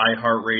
iHeartRadio